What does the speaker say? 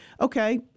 Okay